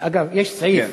אגב, יש סעיף: